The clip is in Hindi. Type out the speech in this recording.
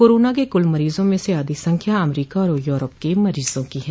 कोरोना के कल मरीजों में से आधी संख्या अमरीका और यूरोप के मरीजों की है